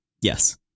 Yes